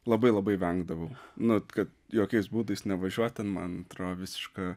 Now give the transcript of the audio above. labai labai vengdavau nu kad jokiais būdais nevažiuot ten man atrodė visiška